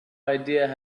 idea